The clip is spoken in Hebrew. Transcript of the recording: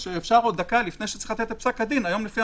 דקה לפני שצריך לתת את המצב המשפטי,